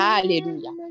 Alléluia